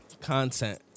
content